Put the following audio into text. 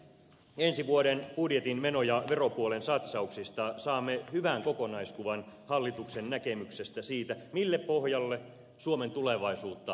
ensi vuoden budjetin meno ja veropuolen satsauksista saamme hyvän kokonaiskuvan hallituksen näkemyksestä siitä mille pohjalle suomen tulevaisuutta kannattaa rakentaa